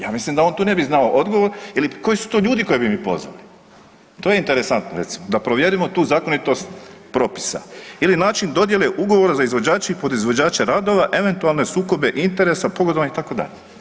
Ja mislim da on tu ne bi znao odgovor ili koji su to ljudi koje bi mi pozvali, to je interesantno recimo da provjerimo tu zakonitost propisa ili način dodjele ugovora za izvođače i podizvođače radova eventualne sukobe interesa, pogodovanje itd.